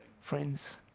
Friends